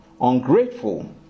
ungrateful